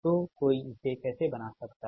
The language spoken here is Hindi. तो कोई इसे कैसे बना सकता है